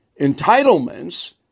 entitlements